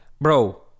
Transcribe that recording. bro